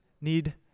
need